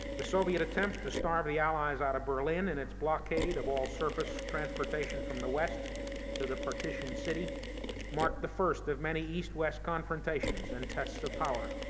the soviet attempt to starve the allies out of berlin in its blockade of all surface transportation from the west to the partitioned city marked the first of many east-west confrontations and tests of power,